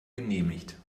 genehmigt